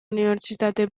unibertsitate